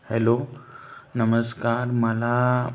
hello नमस्कार मला